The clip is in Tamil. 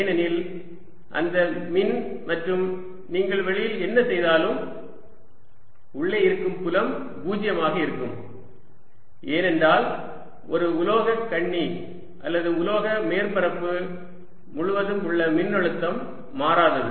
ஏனெனில் அந்த மின் மற்றும் நீங்கள் வெளியில் என்ன செய்தாலும் உள்ளே இருக்கும் புலம் 0 ஆக இருக்கும் ஏனென்றால் ஒரு உலோக கண்ணி அல்லது உலோக மேற்பரப்பு முழுவதும் உள்ள மின்னழுத்தம் மாறாதது